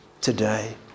today